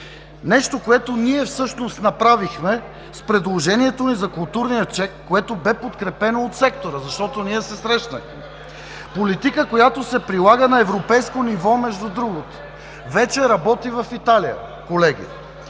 Нещо, което ние всъщност направихме с предложението ни за културния чек, което бе подкрепено от сектора, защото ние се срещнахме. Политика, която се прилага на европейско ниво между другото, вече работи в Италия, колеги.